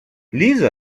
lisa